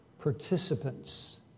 participants